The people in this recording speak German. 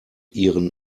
ihren